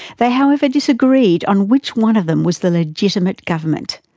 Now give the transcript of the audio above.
they however disagreed on which one of them was the legitimate government.